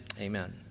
amen